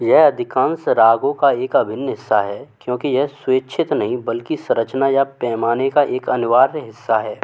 यह अधिकांश रागों का एक अभिन्न हिस्सा है क्योंकि यह स्वेच्छित नहीं बल्कि संरचना या पैमाने का एक अनिवार्य हिस्सा है